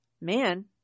Man